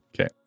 Okay